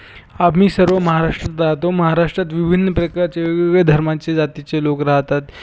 आम्ही सर्व महाराष्ट्रात राहतो महाराष्ट्रात विभिन्न प्रकारचे वेगवेगळे धर्माचे जातीचे लोकं राहतात